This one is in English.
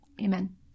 Amen